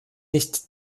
nicht